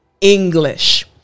English